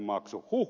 huh huh